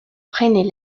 prennent